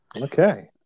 Okay